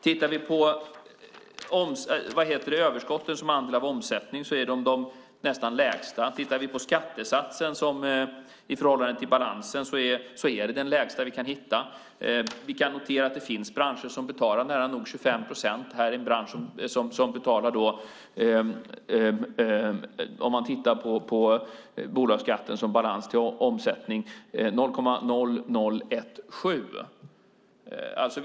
Tittar vi på överskotten som andel av omsättningen är de nästan de lägsta. Tittar vi på skattesatsen i förhållande till balansen är det den lägsta vi kan hitta. Vi kan notera att det finns branscher som betalar nära nog 25 procent. Det här är en bransch som, om man tittar på bolagsskatten som balans till omsättningen, betalar 0,0017.